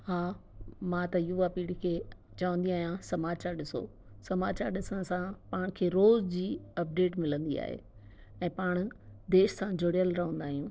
हा मां त युवा पीढ़ी खे चवंदी आहियां समाचारु ॾिसो समाचारु ॾिसण सां पाण खे रोज़ु जी अपडेट मिलंदी आहे ऐं पाण देश सां जुड़ियल रहंदा आहियूं